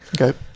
Okay